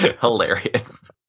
Hilarious